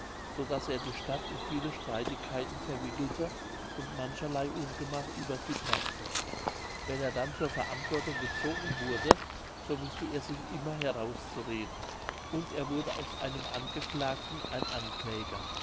so daß er die stadt in viele streitigkeiten verwickelte und mancherlei ungemach über sie brachte wenn er dann zur verantwortung gezogen wurde so wußte er sich immer herauszureden und er wurde aus einem angeklagten ein ankläger